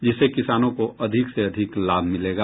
जिससे किसानों को अधिक से अधिक लाभ मिलेगा